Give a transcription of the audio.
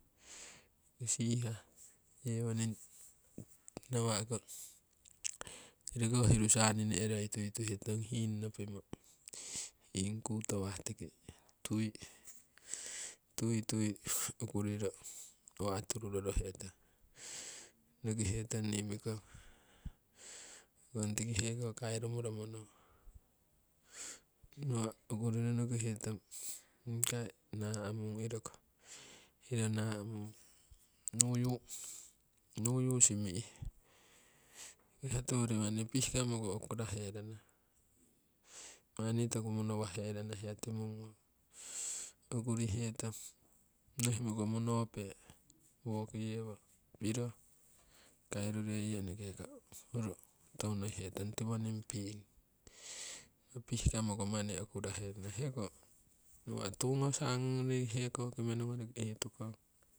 Okusihah yewoning nawa'ko roki hoi hiru sani ne'roi tui tuhetong hiing nopimo hiing kutowah tiki tui, tui okuriro nawa' tururorohe tong ngokihe tong nii mikong tiki heko kairu moromono. Nawa' okuriro ngoki hetong nikai na'mung iroko iro na'mung nuyu, nuyu simi'he hiya tiwori manni pihkamo ko okurahe rana manni toku mono waherana hiya tiworiko okurihe tong nohimoko monope woki yewo piro kairu reiyo eneke koo huro toku ngoki hetong tiwoning piing pihkamo ko manni okurahe rana, heko nawa' tuu ko sani ngori heko menugoriki yii tukong.